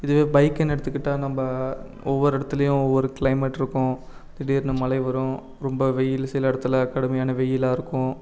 இதுவே பைக்குன்னு எடுத்துக்கிட்டால் நம்ப ஒவ்வொரு இடத்துலையும் ஒவ்வொரு க்ளைமேட் இருக்கும் திடீர்னு மழை வரும் ரொம்ப வெயில் சில இடத்துல கடுமையான வெயிலாக இருக்கும்